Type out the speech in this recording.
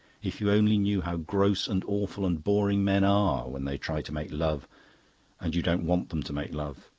if you only knew how gross and awful and boring men are when they try to make love and you don't want them to make love!